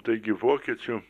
taigi vokiečių